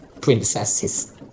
princesses